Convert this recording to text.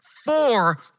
Four